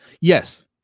Yes